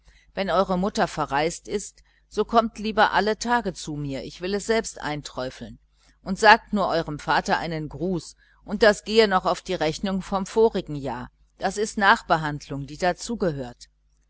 wenn eure mutter verreist ist so kommt lieber alle tage zu mir ich will es selbst einträufeln und sagt nur eurem vater einen gruß und das gehe noch auf die rechnung vom vorigen jahr das ist nachbehandlung die